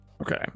Okay